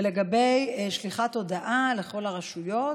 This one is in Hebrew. לגבי שליחת הודעה לכל הרשויות,